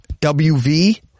WV